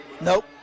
nope